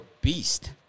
beast